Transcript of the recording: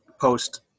post –